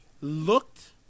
looked